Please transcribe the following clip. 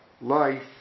life